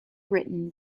written